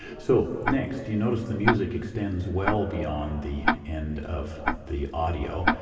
so next you notice the music extends well beyond the end of the audio.